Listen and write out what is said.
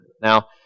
Now